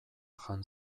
jan